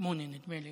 שמונה, נדמה לי.